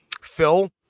Phil